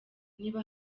niba